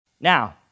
Now